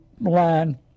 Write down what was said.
line